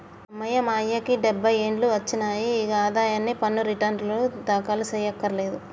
అమ్మయ్య మా అయ్యకి డబ్బై ఏండ్లు ఒచ్చినాయి, ఇగ ఆదాయ పన్ను రెటర్నులు దాఖలు సెయ్యకర్లేదు